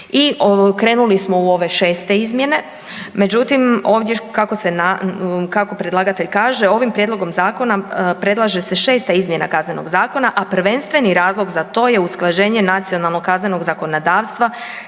i krenuli smo u ove 6. izmjene, međutim, ovdje kako predlagatelj kaže, ovim Prijedlogom zakona predlaže se 6. izmjena Kaznenog zakona, a prvenstveni razlog za to je usklađenje nacionalnog kaznenog zakonodavstva